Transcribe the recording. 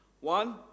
One